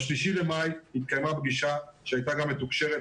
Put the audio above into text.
ב-3 במאי התקיימה פגישה שהייתה גם מתוקשרת